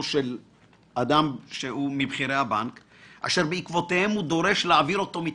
של אחד מבכירי הבנק שהוא דורש להעביר מתפקידו,